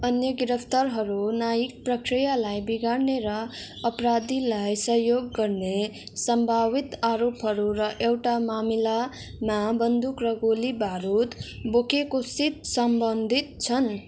अन्य गिरफ्तारहरू न्यायिक प्रक्रियालाई बिगार्ने र अपराधीलाई सहयोग गर्ने सम्भावित आरोपहरू र एउटा मामिलामा बन्दुक र गोलीबारुद बोकेकोसित सम्बन्धित छन्